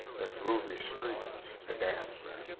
there's ruby street, the dancer.